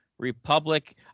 republic